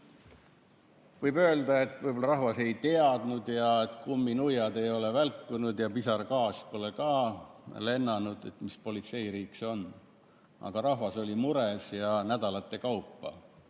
Võib öelda, et võib-olla rahvas ei teadnud ja et kumminuiad ei ole välkunud ja pisargaas pole ka lennanud, et mis politseiriik see on. Aga rahvas oli mures ja oli nädalate kaupa